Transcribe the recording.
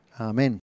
Amen